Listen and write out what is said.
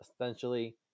essentially